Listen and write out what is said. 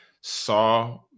saw